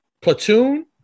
Platoon